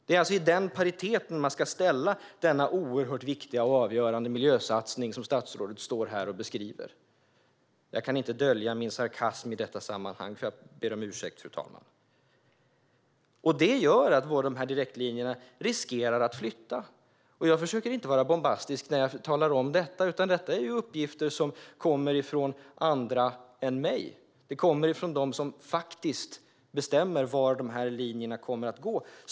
Det är i den pariteten som man ska ställa denna oerhört viktiga och avgörande miljösatsning som statsrådet här beskriver. Jag ber om ursäkt, fru talman, men jag kan inte dölja min sarkasm i detta sammanhang. Det gör att dessa direktlinjer riskerar att flytta. Jag försöker inte att vara bombastisk när jag säger detta, utan det är uppgifter som kommer från andra än mig. De kommer från dem som faktiskt bestämmer var linjerna kommer att gå.